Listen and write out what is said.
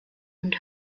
und